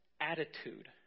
attitude